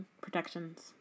protections